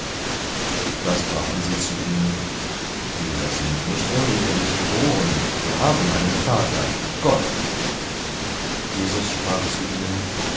da sprachen sie zu ihm wir sind nicht unehelich geboren wir haben einen vater gott jesus sprach zu ihnen